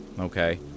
Okay